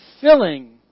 filling